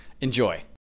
Enjoy